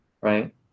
right